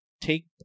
take